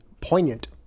poignant